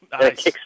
Nice